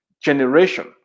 generation